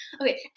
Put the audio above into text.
Okay